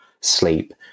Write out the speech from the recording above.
sleep